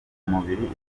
mubiri